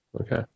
Okay